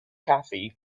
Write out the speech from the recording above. cathy